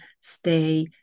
stay